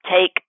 take